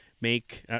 make